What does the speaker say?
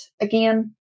again